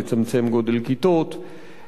לצמצם גודל כיתות,